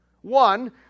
One